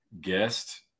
guest